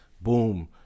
boom